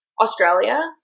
Australia